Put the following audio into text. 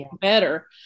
better